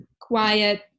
quiet